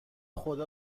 خدا